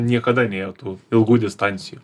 niekada nėjo tų ilgų distancijų